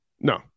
No